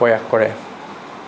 প্ৰয়াস কৰে